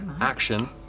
action